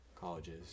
colleges